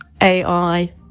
AI